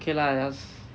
okay lah that was